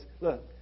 look